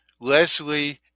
Leslie